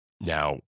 Now